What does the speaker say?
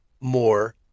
more